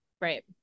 Right